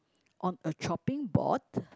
on a chopping board